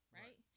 right